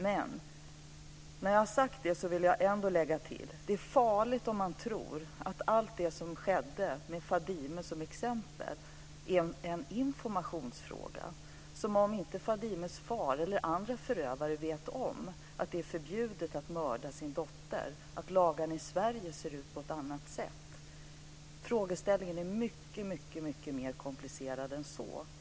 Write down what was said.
Men när jag har sagt det så vill jag lägga till att det är farligt om man tror att allt det som skedde med Fadime som exempel är en informationsfråga - som om inte Fadimes far eller andra förövare vet om att det är förbjudet att mörda sin dotter och att lagarna i Sverige ser ut på ett annat sätt! Frågeställningen är mycket, mycket mer komplicerad än så.